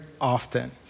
often